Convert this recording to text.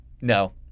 no